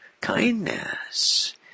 kindness